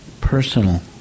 personal